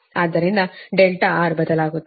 ಆದ್ದರಿಂದ R ಬದಲಾಗುತ್ತದೆ